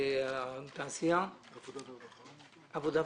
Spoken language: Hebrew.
את שר העבודה והרווחה.